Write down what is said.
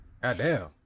Goddamn